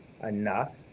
enough